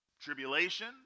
tribulation